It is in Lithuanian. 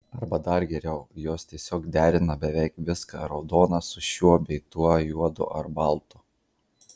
arba dar geriau jos tiesiog derina beveik viską raudoną su šiuo bei tuo juodu ar baltu